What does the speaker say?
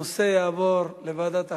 הנושא יעבור לוועדת החינוך.